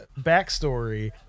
backstory